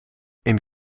een